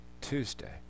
Tuesday